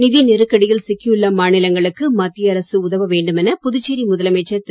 நிதி நெருக்கடியில் சிக்கியுள்ள மாநிலங்களுக்கு மத்திய அரசு உதவ வேண்டும் என புதுச்சேரி முதலமைச்சர் திரு